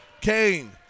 Kane